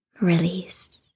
release